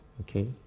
okay